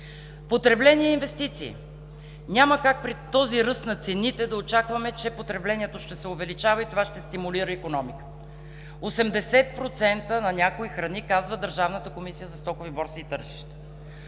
Потребление и инвестиции: няма как при този ръст на цените да очакваме, че потреблението ще се увеличава и това ще стимулира икономиката – 80% на някои храни, казва Държавната комисия за стокови борси и тържища,